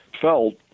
felt